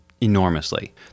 enormously